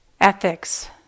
ethics